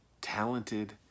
talented